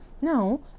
now